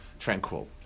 Tranquil